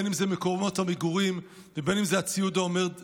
בין אם זה במקומות המגורים ובין אם זה בציוד העומד לרשותם.